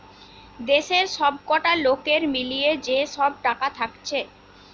দেশের সবকটা লোকের মিলিয়ে যে সব টাকা থাকছে